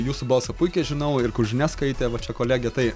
jūsų balsą puikiai žinau ir kur žinias skaitė va čia kolegė tai